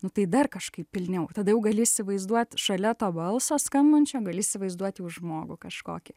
nu tai dar kažkaip pilniau tada jau gali įsivaizduot šalia to balso skambančio gali įsivaizduoti jau žmogų kažkokį